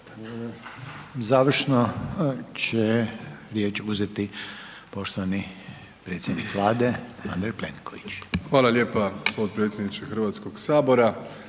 Završno će riječ uzeti poštovani predsjednik Vlade Andrej Plenković. **Plenković, Andrej (HDZ)** Hvala lijepa potpredsjedniče Hrvatskoga sabora.